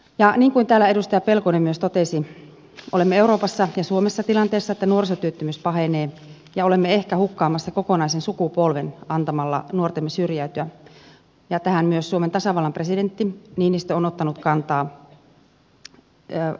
ja niin kuin täällä myös edustaja pelkonen totesi olemme euroopassa ja suomessa tilanteessa että nuorisotyöttömyys pahenee ja olemme ehkä hukkaamassa kokonaisen sukupolven antamalla nuortemme syrjäytyä ja tähän myös suomen tasavallan presidentti niinistö on ottanut kantaa ansiokkaasti